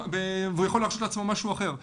הוא יכול להרשות לעצמו משהו אחר.